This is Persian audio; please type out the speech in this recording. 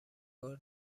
بار